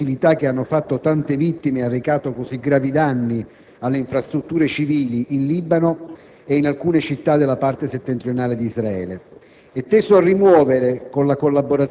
teso in primo luogo a mettere fine alle ostilità che hanno fatto tante vittime e arrecato così gravi danni alle infrastrutture civili in Libano e in alcune città della parte settentrionale di Israele;